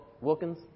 Wilkins